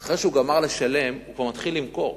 ואחרי שהוא גמר לשלם הוא כבר מתחיל למכור.